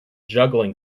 juggling